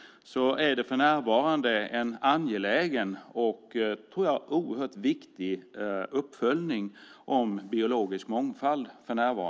För närvarande pågår en angelägen och oerhört viktig, tror jag, uppföljning om biologisk mångfald.